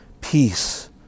peace